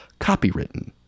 copywritten